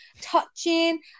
touching